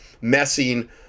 messing